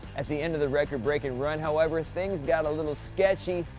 at the end of the record-breaking run however things got a little sketchy,